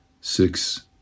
six